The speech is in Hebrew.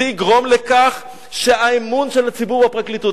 זה יגרום לכך שהאמון של הציבור בפרקליטות,